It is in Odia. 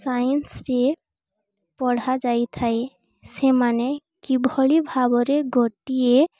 ସାଇନ୍ସରେ ପଢ଼ା ଯାଇଥାଏ ସେମାନେ କିଭଳି ଭାବରେ ଗୋଟିଏ